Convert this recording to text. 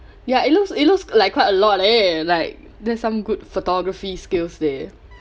ya it looks it looks like quite a lot leh like that's some good photography skills there